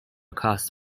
costs